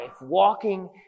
walking